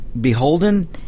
beholden